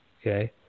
okay